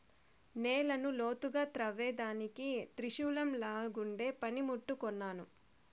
నేలను లోతుగా త్రవ్వేదానికి త్రిశూలంలాగుండే పని ముట్టు కొన్నాను